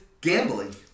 gambling